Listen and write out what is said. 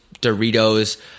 Doritos